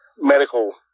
medical